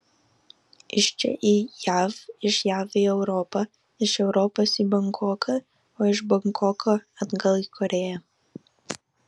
iš čia į jav iš jav į europą iš europos į bankoką o iš bankoko atgal į korėją